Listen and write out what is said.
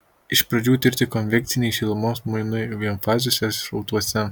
iš pradžių tirti konvekciniai šilumos mainai vienfaziuose srautuose